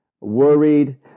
worried